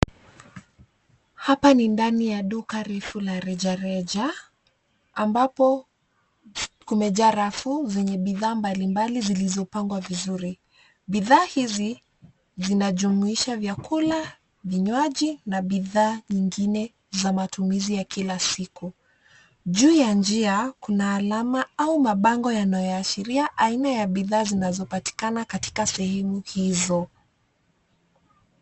Hapa ni ndani ya duka refu la rejareja ambapo kumejaa rafu zenye bidhaa mbalimbali zilizopangwa vizuri. Bidhaa hizi zinajumuisha vyakula, vinywaji na bidhaa nyingine za matumizi ya kila siku. Juu ya njia kuna alama au mabango yanayoashiria aina ya bidhaa zinazopatikana katika sehemu hizo.